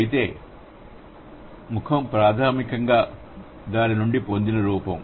అయితే ముఖం ప్రాథమికంగా దాని నుండి పొందిన రూపం